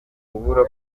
kubura